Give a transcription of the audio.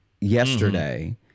yesterday